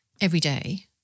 everyday